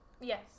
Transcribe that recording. Yes